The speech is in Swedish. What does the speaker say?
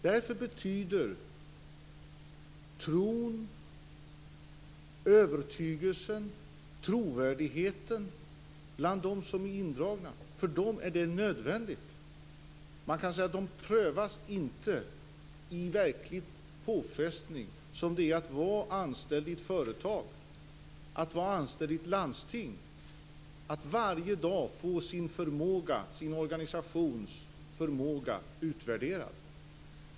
Därför är tron, övertygelsen och trovärdigheten nödvändig för dem som är indragna. Man kan säga att de inte prövas i verklig påfrestning som det är att vara anställd i ett företag, att vara anställd i ett landsting, att varje dag få sin organisations förmåga utvärderad.